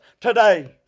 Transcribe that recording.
today